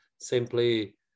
simply